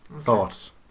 Thoughts